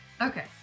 Okay